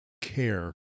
care